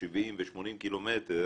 70 ו-80 קילומטר